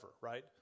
right